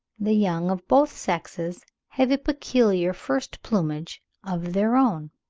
the young of both sexes have a peculiar first plumage of their own,